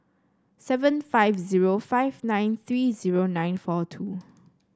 seven five zero five nine three zero nine four two